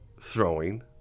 throwing